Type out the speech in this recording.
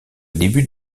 début